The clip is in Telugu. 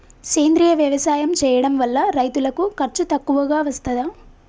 సేంద్రీయ వ్యవసాయం చేయడం వల్ల రైతులకు ఖర్చు తక్కువగా వస్తదా?